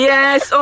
Yes